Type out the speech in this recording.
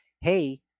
hey